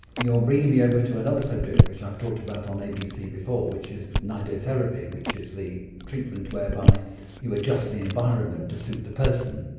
you're bringing me over to another subject which i've talked about on abc before which is nidotherapy which is the treatment whereby you adjust the environment to suit the person.